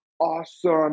Awesome